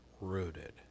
rooted